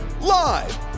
Live